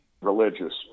religious